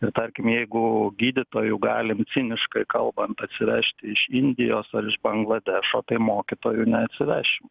ir tarkim jeigu gydytojų galim ciniškai kalbant atsivežti iš indijos ar iš bangladešo tai mokytojų neatsivešim